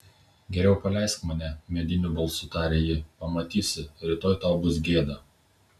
geriau paleisk mane mediniu balsu tarė ji pamatysi rytoj tau bus gėda